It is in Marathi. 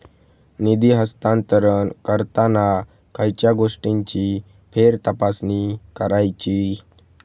निधी हस्तांतरण करताना खयच्या गोष्टींची फेरतपासणी करायची?